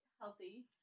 healthy